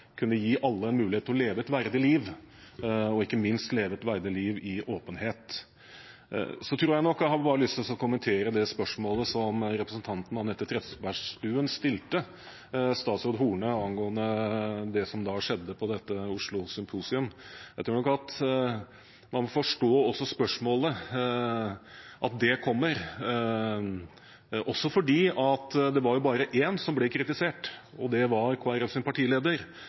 ikke minst leve et verdig liv i åpenhet. Jeg har bare lyst til å kommentere det spørsmålet som representanten Anette Trettebergstuen stilte statsråd Horne angående det som skjedde på Oslo Symposium. Jeg tror nok at man også forstår at spørsmålet kommer, fordi det bare var én som ble kritisert, og det var Kristelig Folkepartis partileder.